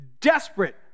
desperate